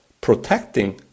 protecting